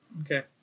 Okay